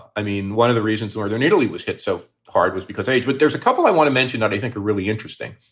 i mean, one of the reasons northern italy was hit so hard was because age but there's a couple i want to mention that i think are really interesting.